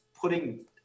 putting